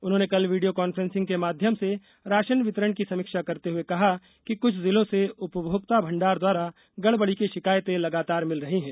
उन्होंने कल video conferencing के माध्यम से राशन वितरण की समीक्षा करते हुए कहा कि क्छ जिलों से उपभोक्ता भंडार द्वारा गड़बड़ी की शिकायतें लगातार मिल रही है